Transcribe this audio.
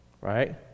right